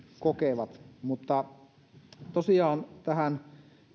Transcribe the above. kokevat mutta tähän